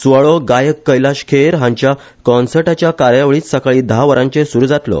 सुवाळो गायक कैलाश खेर हांच्या कॉन्सर्टाच्या कार्यावळींत सकाळी धा वरांचेर सुरु जातलो